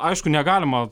aišku negalima